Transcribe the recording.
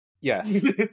Yes